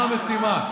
מה המשימה?